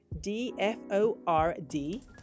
D-F-O-R-D-